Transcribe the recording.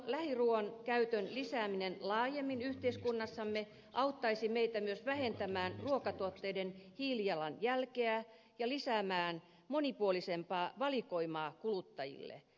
lähiruuan käytön lisääminen laajemmin yhteiskunnassamme auttaisi meitä myös vähentämään ruokatuotteiden hiilijalanjälkeä ja lisäämään monipuolisempaa valikoimaa kuluttajille